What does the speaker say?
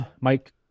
mike